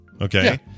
Okay